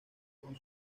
con